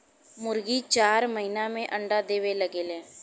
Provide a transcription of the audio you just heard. मुरगी चार महिना में अंडा देवे लगेले